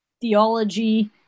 theology